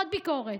עוד ביקורת.